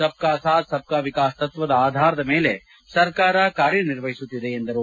ಸಬ್ ಕಾ ಸಾಥ್ ಸಬ್ ಕಾ ವಿಕಾಸ್ ತತ್ವದ ಆಧಾರದ ಮೇಲೆ ಸರ್ಕಾರ ಕಾರ್ಯನಿರ್ವಹಿಸುತ್ತಿದೆ ಎಂದರು